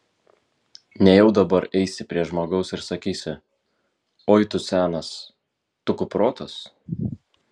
nejau dabar eisi prie žmogaus ir sakysi oi tu senas tu kuprotas